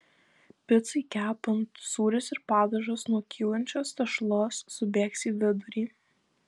picai kepant sūris ir padažas nuo kylančios tešlos subėgs į vidurį